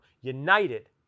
united